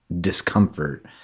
discomfort